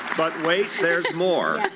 but wait, there's more!